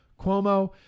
Cuomo